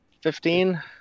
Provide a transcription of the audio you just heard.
Fifteen